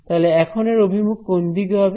তাহলে এখন এর অভিমুখ কোন দিকে হবে